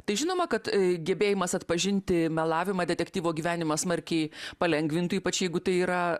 tai žinoma kad gebėjimas atpažinti melavimą detektyvo gyvenimą smarkiai palengvintų ypač jeigu tai yra